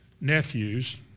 nephews